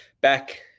back